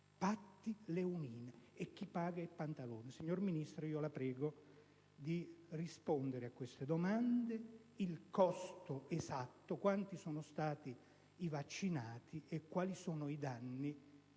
patti leonini. E chi paga è Pantalone. Signor Ministro, io la prego di rispondere a queste domande: il costo esatto, quanti sono stati i vaccinati e quali sono i danni